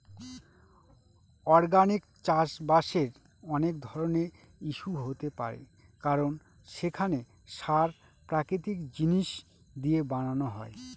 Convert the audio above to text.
organic চাষবাসের অনেক ধরনের ইস্যু হতে পারে কারণ সেখানে সার প্রাকৃতিক জিনিস দিয়ে বানানো হয়